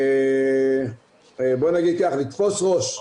"לתפוס ראש",